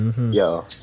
Yo